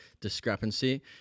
discrepancy